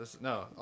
No